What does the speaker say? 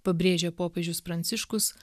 pabrėžia popiežius pranciškus